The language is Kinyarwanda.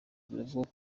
biravugwa